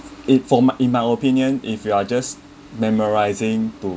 it formed in my opinion if you are just memorising to